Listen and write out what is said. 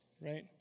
Right